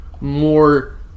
more